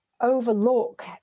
overlook